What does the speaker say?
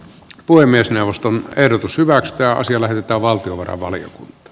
puhemiesneuvoston ehdotus hyväksytään sille että valtiovarainvalion